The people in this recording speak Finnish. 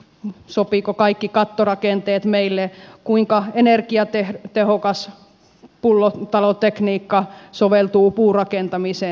entäpä sopivatko kaikki kattorakenteet meille kuinka energiatehokas pullotalotekniikka soveltuu puurakentamiseen